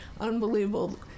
unbelievable